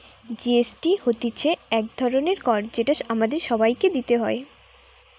GST হতিছে এক ধরণের কর যেটা আমাদের সবাইকে দিতে হয়